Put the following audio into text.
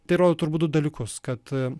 tai rodo turbūt du dalykus kad